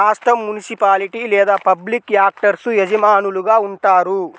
రాష్ట్రం, మునిసిపాలిటీ లేదా public actors యజమానులుగా ఉంటారు